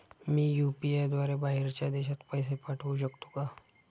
मी UPI द्वारे बाहेरच्या देशात पैसे पाठवू शकतो का?